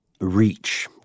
Reach